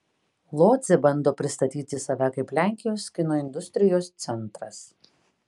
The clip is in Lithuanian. lodzė bando pristatyti save kaip lenkijos kino industrijos centras